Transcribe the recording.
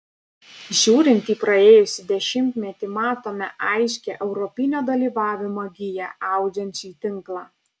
žiūrint į praėjusį dešimtmetį matome aiškią europinio dalyvavimo giją audžiant šį tinklą